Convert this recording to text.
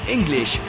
English